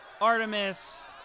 Artemis